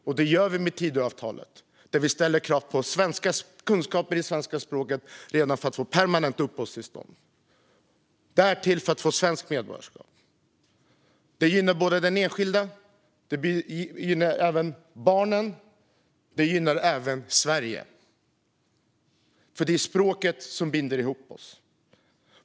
Det ser vi till med Tidöavtalet. Vi ställer krav på kunskaper i svenska språket redan för att få permanent uppehållstillstånd samt för att få svenskt medborgarskap. Det gynnar den enskilda, det gynnar barnen och det gynnar även Sverige. Det är språket som binder ihop oss.